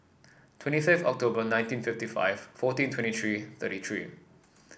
twenty fifth October nineteen fifty five fourteen twenty three thirty three